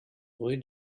rue